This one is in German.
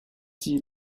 die